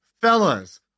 fellas